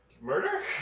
murder